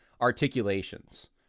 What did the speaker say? articulations